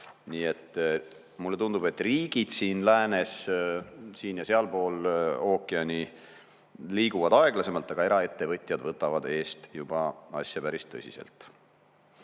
Nii et mulle tundub, et riigid läänes, siin- ja sealpool ookeani, liiguvad aeglasemalt, aga eraettevõtjad võtavad asja juba päris tõsiselt.